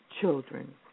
Children